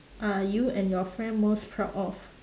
are you and your friend most proud of